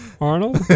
Arnold